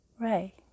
Ray